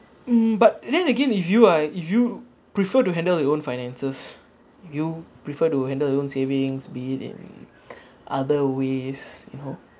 mm but then again if you are if you prefer to handle you own finances you prefer to handle your own savings be it in other ways you know